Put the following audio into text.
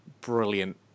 brilliant